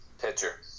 Pitcher